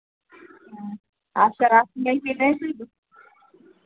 आप शराब तो नहीं पीते हैं सर